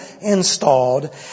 installed